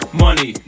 money